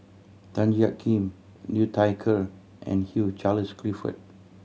Tan Jiak Kim Liu Thai Ker and Hugh Charles Clifford